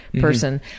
person